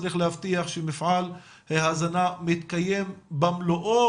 צריך להבטיח שמפעל ההזנה מתקיים במלואו,